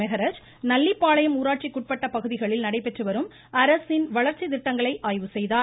மெஹராஜ் நல்லிப்பாளையம் ஊராட்சிக்குட்பட்ட பகுதிகளில் நடைபெற்றுவரும் அரசின் வளர்ச்சி திட்டங்களை ஆய்வு செய்தார்